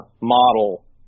model